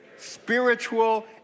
Spiritual